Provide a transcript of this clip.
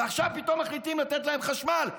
ועכשיו פתאום מחליטים לתת להם חשמל.